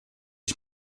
ich